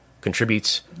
contributes